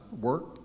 work